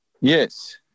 Yes